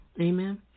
amen